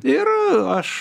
ir aš